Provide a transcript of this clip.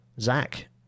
zach